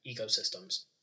ecosystems